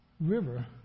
river